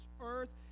earth